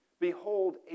Behold